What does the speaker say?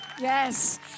Yes